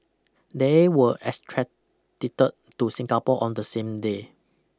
they were extradited to Singapore on the same day